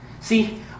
See